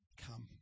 come